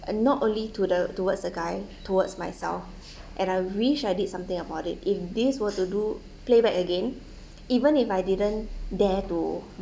and not only to the towards the guy towards myself and I wish I did something about it if this were to do play back again even if I didn't dare to